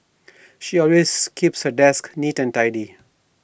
she always keeps her desk neat and tidy